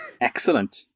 Excellent